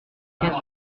numéro